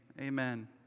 Amen